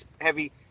heavy